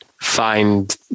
find